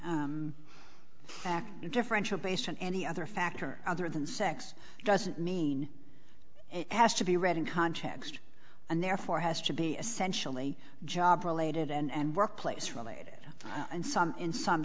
back differential based on any other factor other than sex doesn't mean it has to be read in context and therefore has to be essentially job related and workplace related and some in some